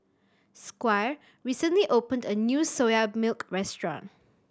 Squire recently opened a new Soya Milk restaurant